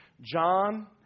John